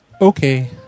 Okay